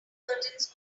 curtains